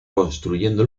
construyendo